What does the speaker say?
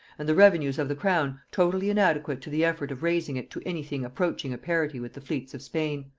and the revenues of the crown totally inadequate to the effort of raising it to any thing approaching a parity with the fleets of spain.